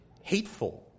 hateful